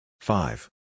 Five